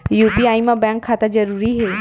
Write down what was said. UPI मा bank खाता जरूरी हे?